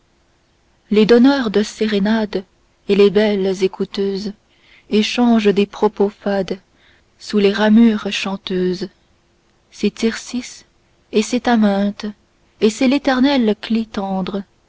les donneurs de sérénades et les belles écouteuses échangent des propos fades sous les ramures chanteuses c'est tircis et c'est aminte et c'est l'éternel clitandre